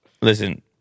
listen